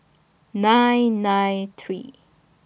nine nine three